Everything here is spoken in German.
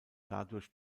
dadurch